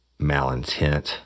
malintent